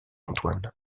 antoine